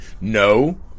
No